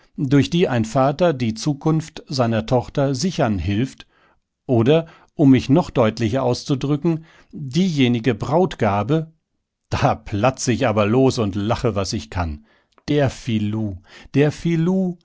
durch die ein vater die zukunft seiner tochter sichern hilft oder um mich noch deutlicher auszudrücken diejenige brautgabe da platz ich aber los und lache was ich kann der filou der